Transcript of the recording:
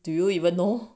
do you even know